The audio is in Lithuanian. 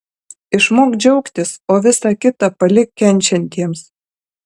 išmok džiaugtis o visa kita palik kenčiantiems